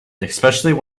especially